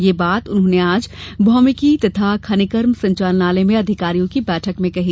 यह बात उन्होंने आज भौमिकी तथा खनिकर्म संचालनालय में अधिकारियों की बैठक में कहीं